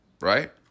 right